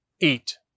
eat